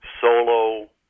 solo